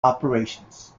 operations